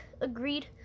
agreed